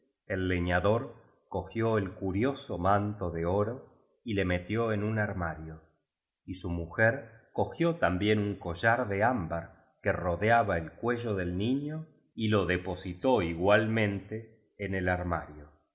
el leñador cogió el curioso manto de oro y le metió en un armario y su mujer cogió también un collar de ámbar que rodeaba el cuello del niño y lo depositó igualmen te en el armario